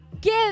give